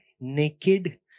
naked